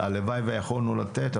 הלוואי שיכולנו לתת.